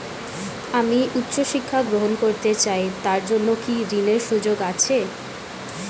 আমি উচ্চ শিক্ষা গ্রহণ করতে চাই তার জন্য কি ঋনের সুযোগ আছে?